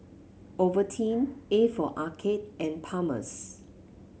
Ovaltine A for Arcade and Palmer's